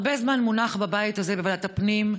הרבה זמן מונח בבית הזה, בוועדת הפנים,